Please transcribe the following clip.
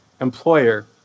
employer